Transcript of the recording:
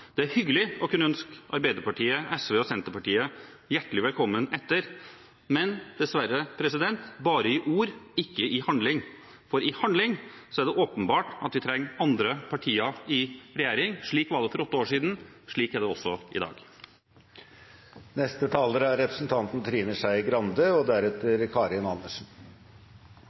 Det er hyggelig å kunne ønske Arbeiderpartiet, SV og Senterpartiet hjertelig velkommen etter, men dessverre bare i ord, ikke i handling – for i handling er det åpenbart at vi trenger andre partier i regjering. Slik var det for åtte år siden – slik er det også i dag. Jeg syns bare at det var på sin plass at Oslo-benken var representert i denne debatten, og